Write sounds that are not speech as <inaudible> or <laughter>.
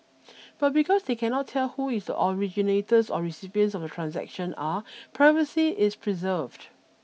<noise> but because they cannot tell who is originators or recipients of the transaction are privacy is preserved